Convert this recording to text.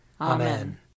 Amen